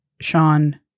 Sean